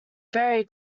very